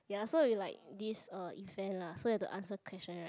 ya so if like this uh event lah so have to answer question right